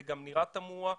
זה גם נראה תמוה,